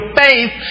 faith